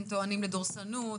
הם טוענים לדורסנות,